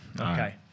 okay